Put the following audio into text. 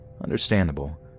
Understandable